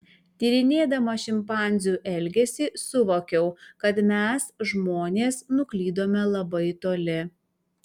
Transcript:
tyrinėdama šimpanzių elgesį suvokiau kad mes žmonės nuklydome labai toli